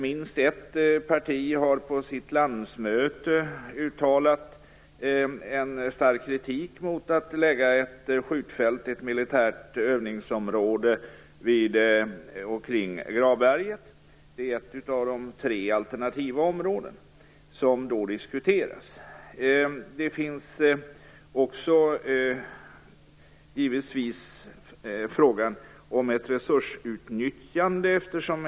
Minst ett parti har på sitt landsmöte uttalat stark kritik mot att anlägga ett skjutfält, ett militärt övningsområde, vid Gravberget, som är ett av de tre alternativa områden som diskuteras. Vidare är det även en fråga om resursutnyttjande.